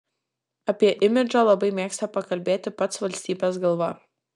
apie imidžą labai mėgsta pakalbėti pats valstybės galva